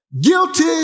Guilty